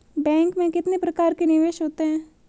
Bank में कितने प्रकार के निवेश होते हैं?